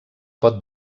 pot